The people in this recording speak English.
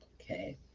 okay